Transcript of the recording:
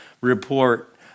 report